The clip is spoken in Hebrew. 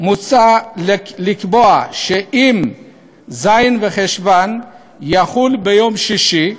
על כך מוצע לקבוע שאם ז' בחשוון יחול ביום שישי,